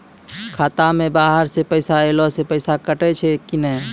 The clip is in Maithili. खाता मे बाहर से पैसा ऐलो से पैसा कटै छै कि नै?